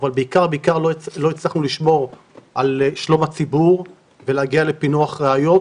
אבל בעיקר לא הצלחנו לשמור על שלום הציבור ולהגיע לפיענוח ראיות,